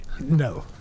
No